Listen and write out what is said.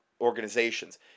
organizations